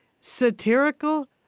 satirical